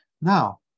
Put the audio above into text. Now